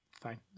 Fine